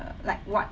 like what